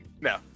No